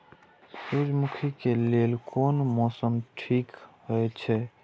सूर्यमुखी के लेल कोन मौसम ठीक हे छे?